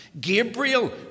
Gabriel